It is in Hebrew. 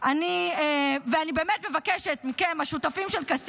מה שהיה כאן לפני כמה דקות.